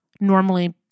normally